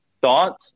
thoughts